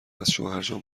ازشوهرجان